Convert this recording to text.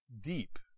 deep